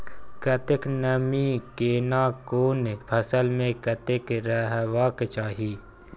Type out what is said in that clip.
कतेक नमी केना कोन फसल मे कतेक रहबाक चाही?